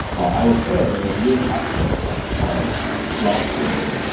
i was there a year and a half ago. um last year,